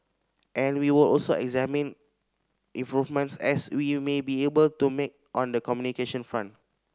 and we will also examine improvements as we'll may be able to make on the communication front